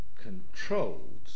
controlled